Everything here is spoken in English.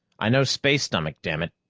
i know space-stomach, damn it.